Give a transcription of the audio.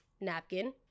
napkin